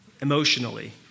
emotionally